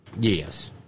Yes